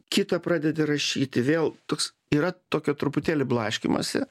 kitą pradedi rašyti vėl toks yra tokio truputėlį blaškymosi